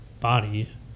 body